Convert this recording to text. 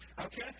okay